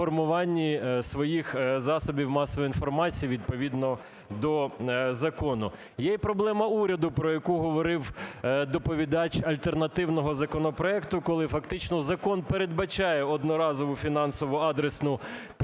своїх засобів масової інформації, відповідно до закону. Є і проблема уряду, про яку говорив доповідач альтернативного законопроекту, коли фактично закон передбачає одноразову фінансову адресну підтримку